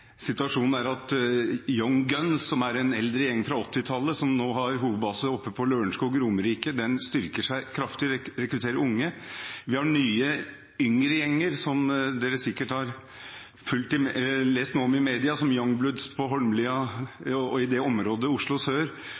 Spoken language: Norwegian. nå har hovedbase på Lørenskog på Romerike, styrker seg kraftig og rekrutterer unge. Vi har nye, yngre gjenger som alle sikkert har lest om i media, som Young Bloods på Holmlia i området Oslo sør,